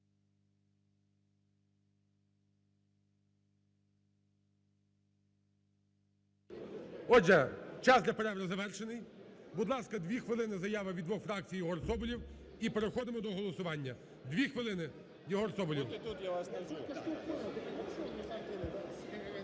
Отже, час для перерви завершений. Будь ласка, дві хвилини заява від двох фракцій, Єгор Соболєв, і переходимо до голосування. Дві хвилини, Єгор Соболєв.